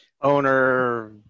Owner